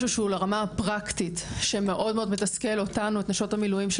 משהו שהוא לרמה הפרקטית שמאוד מאוד מתסכל אותנו את נשות המילואים של